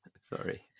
Sorry